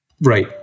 Right